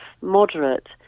moderate